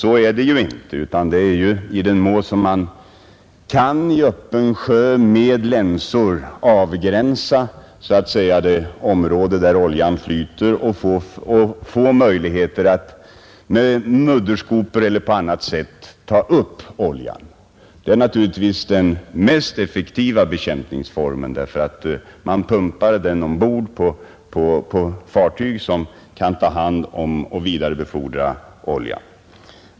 Så är det ju inte, utan i den mån som man i öppen sjö med länsor kan begränsa det område där oljan flyter och få möjligheter att med mudderskopor eller på annat sätt ta upp oljan, så är det naturligtvis den mest effektiva bekämpningsformen. Man pumpar oljan ombord på fartyg som kan ta hand om och vidarebefordra den.